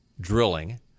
drilling